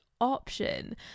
option